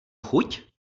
chuť